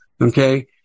Okay